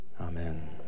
amen